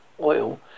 oil